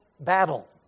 battle